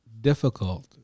difficult